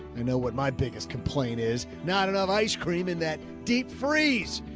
i know what my biggest complaint is. not enough ice cream in that deep freeze,